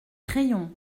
crayons